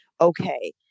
okay